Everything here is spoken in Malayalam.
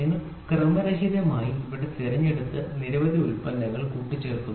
നിങ്ങൾ ക്രമരഹിതമായി ഇവിടെ തിരഞ്ഞെടുത്ത് നിരവധി ഉൽപ്പന്നങ്ങൾ കൂട്ടിച്ചേർക്കുന്നു